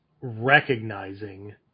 recognizing